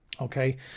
Okay